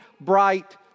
bright